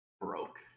broke